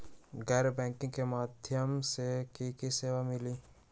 गैर बैंकिंग के माध्यम से की की सेवा मिली?